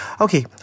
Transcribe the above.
Okay